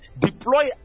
deploy